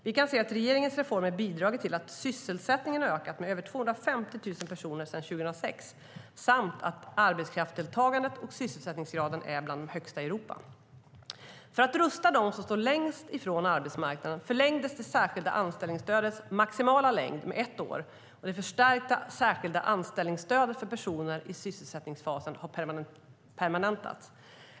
Vi kan se att regeringens reformer bidragit till att sysselsättningen ökat med över 250 000 personer sedan 2006 samt att arbetskraftsdeltagandet och sysselsättningsgraden är bland de högsta i Europa. För att rusta dem som står längst ifrån arbetsmarknaden förlängdes det särskilda anställningsstödets maximala längd med ett år, och det förstärkta särskilda anställningsstödet för personer i sysselsättningsfasen har permanentats.